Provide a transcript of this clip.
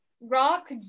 Rock